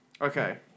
Okay